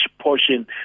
portion